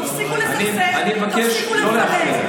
תפסיקו לסכסך, תפסיקו לפלג.